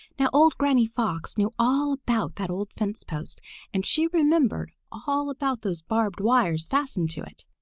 now old granny fox knew all about that old fence-post and she remembered all about those barbed wires fastened to it.